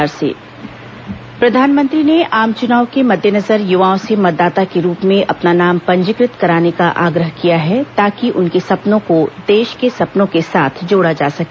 मन की बात प्रधानमंत्री ने आम चुनाव के मद्देनजर युवाओं से मतदाता के रूप में अपना नाम पंजीकृत कराने का आग्रह किया है ताकि उनके सपनों को देश के सपनों के साथ जोड़ा जा सके